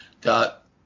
dot